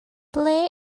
ble